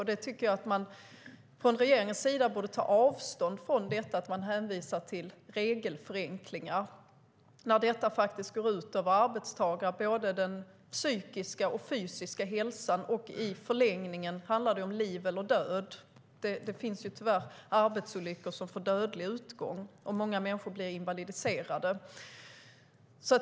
Jag tycker att regeringen borde ta avstånd från detta - att man hänvisar till regelförenklingar när det faktiskt går ut över arbetstagare. Det handlar om både den psykiska och den fysiska hälsan. I förlängningen handlar det om liv eller död - det finns tyvärr arbetsolyckor som får dödlig utgång. Och många människor blir invalidiserade.